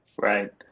Right